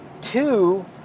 two